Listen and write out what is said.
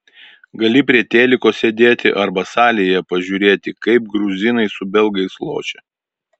gali prie teliko sėdėti arba salėje pažiūrėti kaip gruzinai su belgais lošia